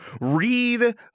read